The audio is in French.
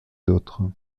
d’autres